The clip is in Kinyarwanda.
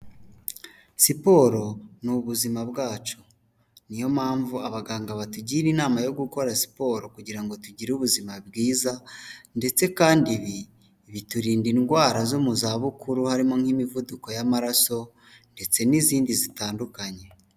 Siporo ni ubuzima bwacu, niyo mpamvu abaganga batugira inama yo gukora siporo kugira ngo tugire ubuzima bwiza, ndetse kandi ibi biturinda indwara zo mu zabukuru harimo nk'imivuduko y'amaraso ndetse n'izindi zitandukanye.